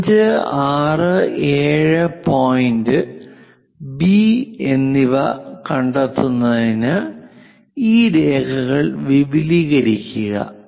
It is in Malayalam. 5 6 7 പോയിന്റ് ബി എന്നിവ കണ്ടെത്തുന്നതിന് ഈ രേഖകൾ വിപുലീകരിക്കുക